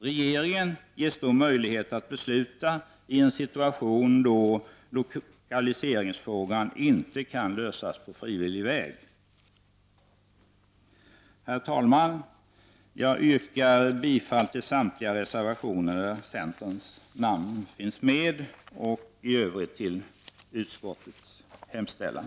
Regeringen ges då möjlighet att besluta i en situation då lokaliseringsfrågan inte kan lösas på frivillig väg. Herr talman! Jag yrkar bifall till samtliga reservationer där centern finns med och i övrigt till utskottets hemställan.